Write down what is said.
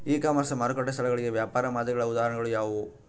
E commerce ಮಾರುಕಟ್ಟೆ ಸ್ಥಳಗಳಿಗೆ ವ್ಯಾಪಾರ ಮಾದರಿಗಳ ಉದಾಹರಣೆಗಳು ಯಾವುವು?